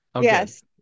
Yes